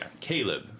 caleb